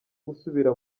gusubira